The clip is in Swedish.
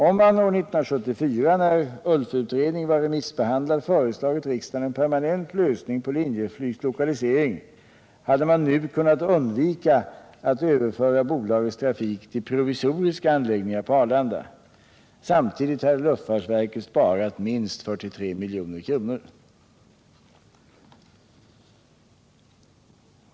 Om man år 1974, när ULF-utredningen var remissbehandlad, hade fö 125 reslagit riksdagen en permanent lösning på Linjeflygs lokalisering, hade man nu kunnat undvika att överföra bolagets trafik till provisoriska anläggningar på Arlanda. Samtidigt hade luftfartsverket sparat minst 43 milj.kr.